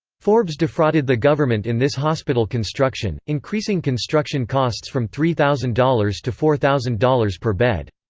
forbes defrauded the government in this hospital construction, increasing construction costs from three thousand dollars to four thousand dollars per bed.